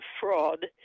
fraud